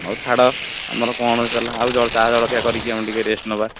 ହଉ ଛାଡ଼ ଆମର କ'ଣ ଆଉ ଚା ଜଳଖିଆ କରିକି ଆମେ ଟିକେ ରେଷ୍ଟ୍ ନେବା